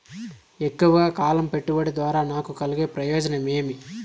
ఎక్కువగా కాలం పెట్టుబడి ద్వారా నాకు కలిగే ప్రయోజనం ఏమి?